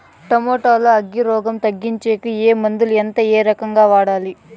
Tomato లో అగ్గి రోగం తగ్గించేకి ఏ మందులు? ఎంత? ఏ రకంగా వాడాలి?